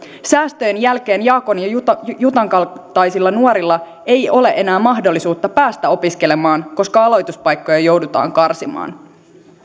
säästöjen jälkeen jaakon ja jutan kaltaisilla nuorilla ei ole enää mahdollisuutta päästä opiskelemaan koska aloituspaikkoja joudutaan karsimaan